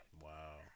Wow